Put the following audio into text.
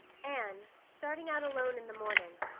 anne, starting out alone in the morning,